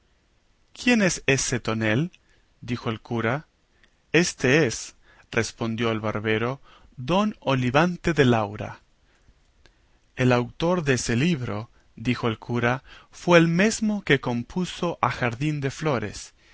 quién es ese tonel dijo el cura éste es respondió el barbero don olivante de laura el autor de ese libro dijo el cura fue el mesmo que compuso a jardín de flores